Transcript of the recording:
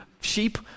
sheep